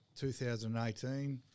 2018